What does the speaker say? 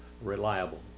reliable